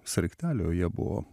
sraigteliu o jie buvo